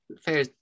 fair